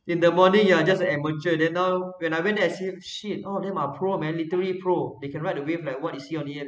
in the morning you are just amateur then now when I went there and see shit all of them are pro man literally pro they can ride the wave like what you are only see in